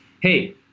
Hey